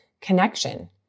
connection